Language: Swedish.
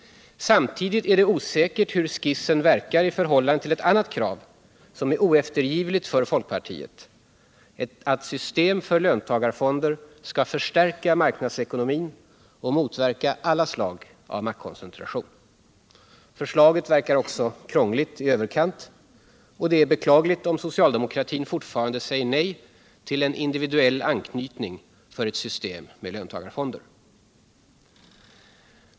Samtidigt är det osäkert hur skissen verkar i förhållande till ett annat krav som är ocftergivligt för folkpartiet: ett system för löntagarfonder skall förstärka marknadsekonomin och motverka afla slag av maktkoncentration. Förslaget verkar också krångligt i överkant. Och det är beklagligt om socialdemokratin fortfarande säger nej till en individuell anknytning för ett system med löntagarfonder.